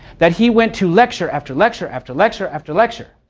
that he went to lecture after lecture after lecture after lecture.